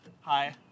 Hi